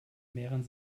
mehren